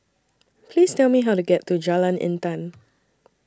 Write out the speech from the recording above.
Please Tell Me How to get to Jalan Intan